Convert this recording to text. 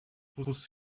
petrus